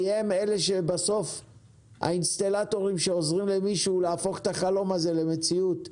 הם האינסטלטורים שעוזרים למישהו להפוך את החלום הזה למציאות,